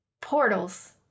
portals